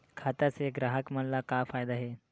खाता से ग्राहक मन ला का फ़ायदा हे?